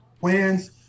Wins